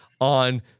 on